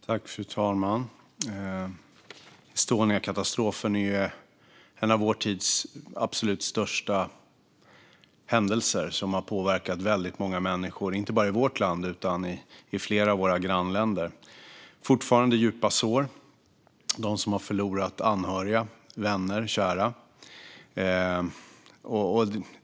Fru talman! Estoniakatastrofen är en av vår tids absolut största händelser, och den har påverkat väldigt många människor inte bara i vårt land utan även i flera av våra grannländer. Det finns fortfarande djupa sår hos dem som har förlorat anhöriga, vänner och kära.